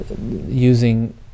using